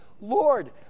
Lord